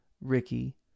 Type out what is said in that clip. ricky